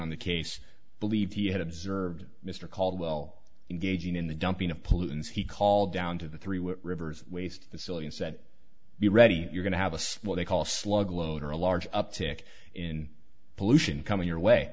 on the case believe he had observed mr caldwell engaging in the dumping of pollutants he called down to the three what rivers waste facility and said be ready you're going to have a small they call slug load or a large uptick in pollution coming your way